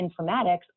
informatics